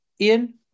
Ian